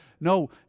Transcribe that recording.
no